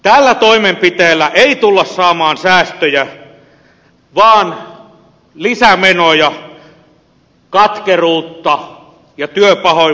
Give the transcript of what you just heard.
tällä toimenpiteellä ei tulla saamaan säästöjä vaan lisämenoja katkeruutta ja työpahoinvointia